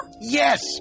Yes